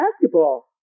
basketball